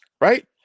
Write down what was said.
right